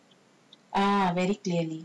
ah very clearly